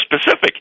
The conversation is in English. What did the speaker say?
specific